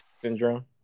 syndrome